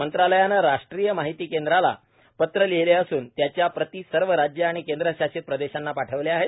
मंत्रालयाने राष्ट्रीय माहिती केंद्राला एनआयसी पत्र लिहिले असून त्याच्या प्रति सर्व राज्ये आणि केंद्रशासित प्रदेशांना पाठवल्या आहेत